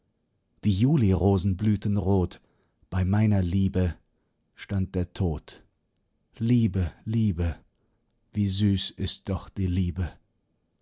die julirosen blühten rot bei meiner liebe stand der tod liebe liebe wie süß ist doch die liebe